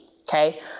Okay